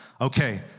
Okay